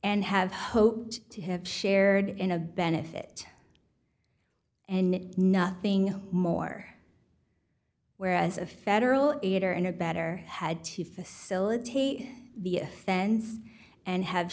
and have hoped to have shared in a benefit and it nothing more where as a federal aid or an are better had to facilitate the fenced and have